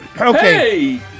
Okay